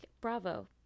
bravo